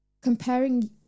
comparing